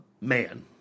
man